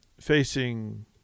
facing